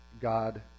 God